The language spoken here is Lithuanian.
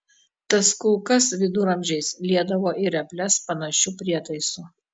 tas kulkas viduramžiais liedavo į reples panašiu prietaisu